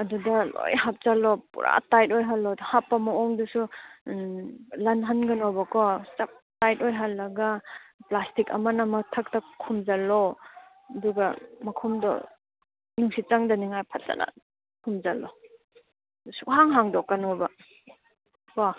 ꯑꯗꯨꯗ ꯂꯣꯏ ꯍꯥꯞꯆꯜꯂꯣ ꯄꯨꯔꯥꯛ ꯇꯥꯏꯠ ꯑꯣꯏꯍꯜꯂꯣ ꯍꯥꯞꯄ ꯃꯑꯣꯡꯗꯨꯁꯨ ꯂꯜꯍꯟꯒꯅꯣꯕꯀꯣ ꯇꯥꯏꯠ ꯑꯣꯏꯍꯜꯂꯒ ꯄ꯭ꯂꯥꯁꯇꯤꯛ ꯑꯃꯅ ꯃꯊꯛꯇ ꯈꯨꯝꯖꯜꯂꯣ ꯑꯗꯨꯒ ꯃꯈꯨꯝꯗꯣ ꯅꯨꯡꯁꯤꯠ ꯆꯪꯗꯅꯤꯉꯥꯏ ꯐꯖꯅ ꯈꯨꯝꯖꯜꯂꯣ ꯁꯨꯡꯍꯥꯡ ꯍꯥꯡꯗꯣꯛꯀꯅꯣꯕ ꯀꯣ